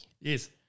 Yes